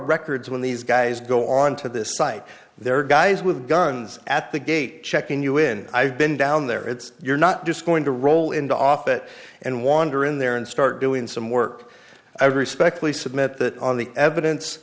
records when these guys go on to this site there are guys with guns at the gate check in you in i've been down there it's you're not just going to roll into off it and wander in there and so doing some work i respectfully submit that on the evidence